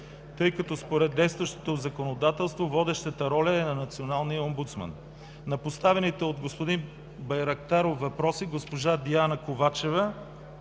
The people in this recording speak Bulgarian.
тъй като, според действащото законодателство, водещата роля е на националния омбудсман? На поставените от господин Байрактаров въпроси госпожа Диана Ковачева